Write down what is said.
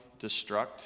destruct